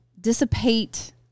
dissipate